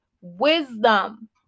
Wisdom